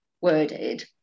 worded